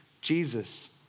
Jesus